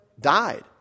died